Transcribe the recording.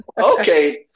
Okay